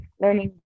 learning